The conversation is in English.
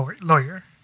lawyer